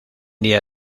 día